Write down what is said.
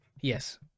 Yes